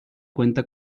cuenta